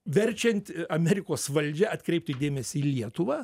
verčiant amerikos valdžią atkreipti dėmesį į lietuvą